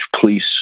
police